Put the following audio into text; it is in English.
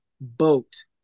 boat